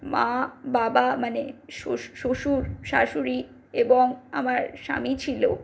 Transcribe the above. মা বাবা মানে শ্বশুর শাশুড়ি এবং আমার স্বামী ছিল